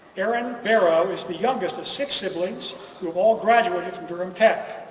aaron barrow is the youngest of six siblings who have all graduated from durham tech.